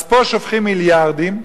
אז פה שופכים מיליארדים,